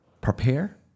prepare